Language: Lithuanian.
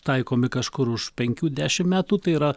taikomi kažkur už penkių dešimt metų tai yra